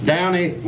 Downey